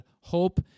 hope